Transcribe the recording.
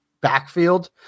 backfield